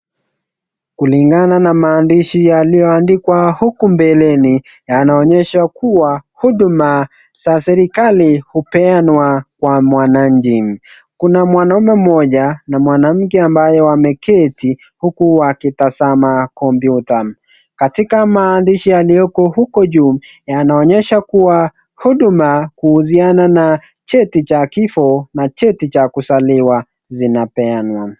Kulingana na maandishi yaliyoandikwa huku mbeleni, yanaonyesha kuwa huduma za serikali hupeanwa kwa mwananchi. Kuna mwanamume mmoja na mwanamke ambaye wameketi huku wakitazama kompyuta. Katika maandishi yaliyoko huko juu, yanaonyesha kuwa huduma kuhusiana na cheti cha kifo na cheti cha kuzaliwa zinapeanwa.